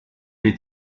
les